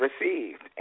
received